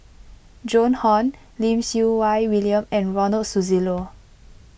Joan Hon Lim Siew Wai William and Ronald Susilo